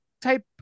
type